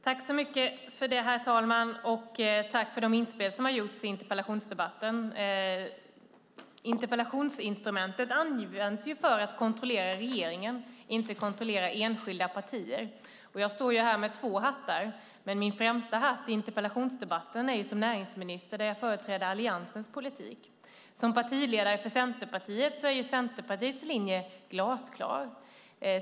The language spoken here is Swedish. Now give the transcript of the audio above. Herr talman! Jag vill tacka för inspelen i den här interpellationsdebatten. Interpellationsinstrumentet används till att kontrollera regeringen, inte enskilda partier. Jag står här med två hattar, men min främsta hatt i interpellationsdebatten är den som näringsminister och företrädande Alliansens politik. Som partiledare för Centerpartiet kan jag säga att Centerpartiets linje är glasklar.